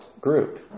group